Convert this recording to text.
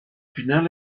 final